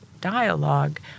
dialogue